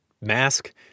mask